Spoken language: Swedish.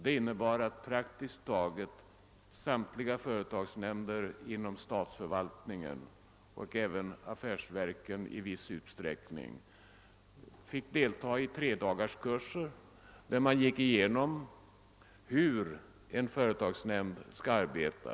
Det innebar att praktiskt taget samtliga företagsnämnder in om statsförvaltningen och även inom affärsverken i viss utsträckning fick delta. i tredagarskurser, där man gick igenom hur en företagsnämnd skall arbeta.